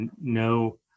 no